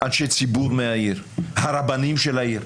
אנשי ציבור מהעיר, הרבנים של העיר.